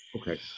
Okay